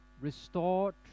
restore